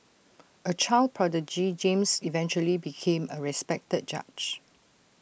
A child prodigy James eventually became A respected judge